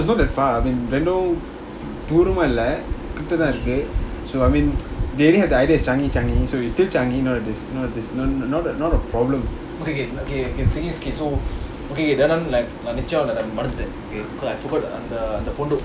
I mean it's no it's not that far I mean தூரமாஇல்லகிட்டதான்இருக்கு:thoorama illa kittathan so I mean they already have the idea it's changi changi so it's still changi not a dif~ not a dis~ not a not a problem